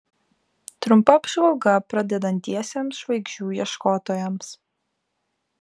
trumpa apžvalga pradedantiesiems žvaigždžių ieškotojams